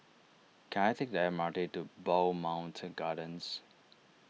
can I take the M R T to Bowmont Gardens